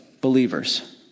Believers